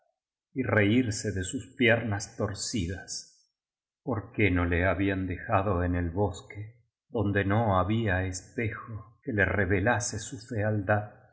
y reirse de sus piernas torci das por qué no le habían dejado en el bosque donde no ha bía espejo que le revelase su fealdad